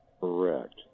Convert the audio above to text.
Correct